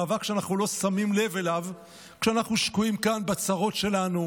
מאבק שאנחנו לא שמים לב אליו כשאנחנו שקועים כאן בצרות שלנו,